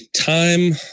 time